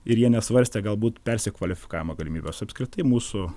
ir jie nesvarstė galbūt persikvalifikavimo galimybės apskritai mūsų